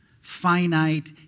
finite